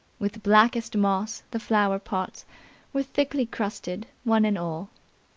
with blackest moss the flower-pots were thickly crusted, one and all.